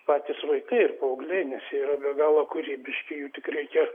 patys vaikai ir paaugliai nes jie yra be galo kūrybiški jų tik reikia